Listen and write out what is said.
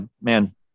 man